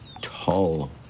tall